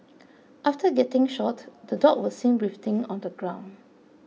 after getting shot the dog was seen writhing on the ground